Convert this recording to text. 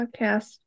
podcast